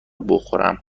بخورم